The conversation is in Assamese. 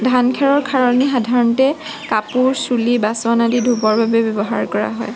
ধান খেৰৰ খাৰণী সাধাৰণতে কাপোৰ চুলি বাচন আদি ধুবৰ বাবে ব্যৱহাৰ কৰ হয়